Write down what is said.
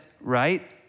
right